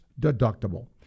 deductible